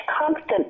constant